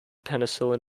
penicillin